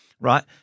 right